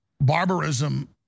barbarism